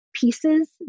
pieces